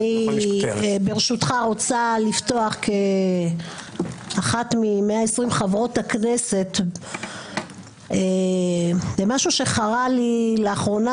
ברשותך אני רוצה לפתוח כאחת מ-120 חברות הכנסת במשהו שחרה לי לאחרונה,